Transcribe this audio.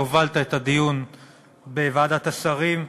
שהובלת את הדיון בוועדת השרים.